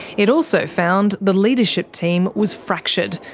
it also found the leadership team was fractured,